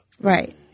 Right